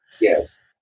Yes